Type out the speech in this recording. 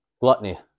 Gluttony